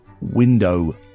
window